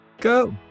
go